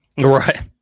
Right